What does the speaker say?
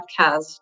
podcast